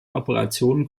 operationen